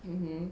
mmhmm